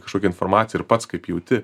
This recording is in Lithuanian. kažkokią informaciją ir pats kaip jauti